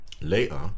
Later